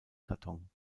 karton